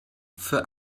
für